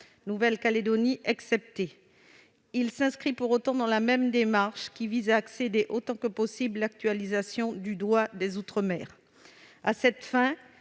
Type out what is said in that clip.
Nouvelle-Calédonie. Il s'inscrit, pour autant, dans la même démarche, qui vise à accélérer autant que possible l'actualisation du droit des outre-mer. À cette fin,